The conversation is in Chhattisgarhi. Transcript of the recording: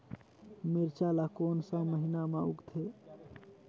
मिरचा ला कोन सा महीन मां उगथे?